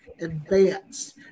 advanced